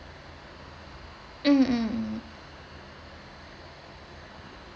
um mm mm